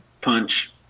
punch